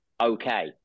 okay